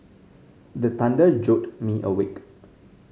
the thunder jolt me awake